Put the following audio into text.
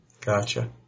Gotcha